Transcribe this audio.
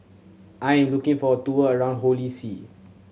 I am looking for a tour around Holy See